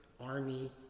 Army